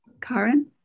Karen